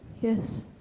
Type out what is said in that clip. yes